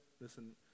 listen